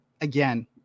again